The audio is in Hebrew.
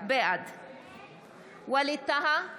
בעד ווליד טאהא,